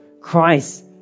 Christ